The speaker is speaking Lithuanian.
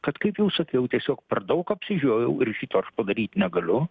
kad kaip jau sakiau tiesiog per daug apsižiojau ir šito aš padaryt negaliu